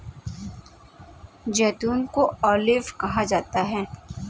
जैतून को ऑलिव कहा जाता है